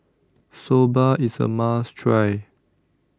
Soba IS A must Try